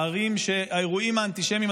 ערים שהאירועים האנטישמיים,